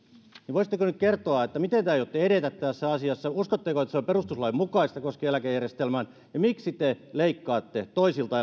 voisitteko nyt kertoa miten te aiotte edetä tässä asiassa uskotteko että se on perustuslainmukaista koskien eläkejärjestelmää ja miksi te leikkaatte toisilta